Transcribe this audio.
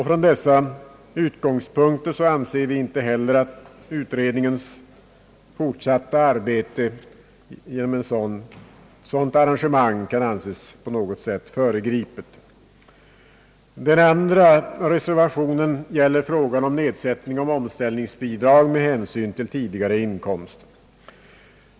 Från dessa utgångspunkter anser vi inte heller att utredningens fortsatta arbete genom ett sådant arrangemang kan anses på något sätt föregripet. Den andra reservationen gäller frågan om nedsättning av omställningsbidrag med hänsyn till tidigare inkomst.